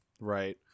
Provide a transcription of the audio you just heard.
Right